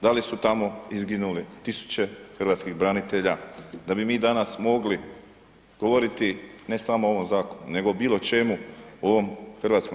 Da li su tamo izginuli tisuće hrvatskih branitelja da bi mi danas mogli govoriti ne samo o ovom zakonu nego o bilo čemu u ovom HS?